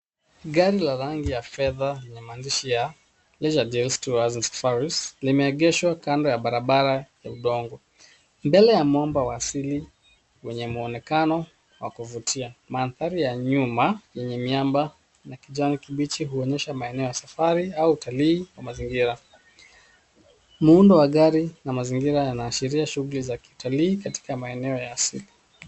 Gari la rangi ya fedha na maandishi ya Leisure Joys Tours and Safaris limeegeshwa kando ya barabara ya udongo; mbele ya mwamba wa asili wenye muonekano wa kuvutia. Mandhari ya nyuma yenye miamba na kijani kibichi huonyesha maeneo ya safari au utalii na mazingira. Mundo wa gari na mazingira yanaashiria shughuli za kiutalii katika maeneo ya asili.